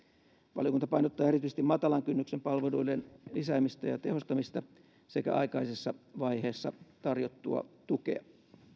valiokunta painottaa erityisesti matalan kynnyksen palveluiden lisäämistä ja tehostamista sekä aikaisessa vaiheessa tarjottua tukea